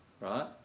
right